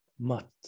Mat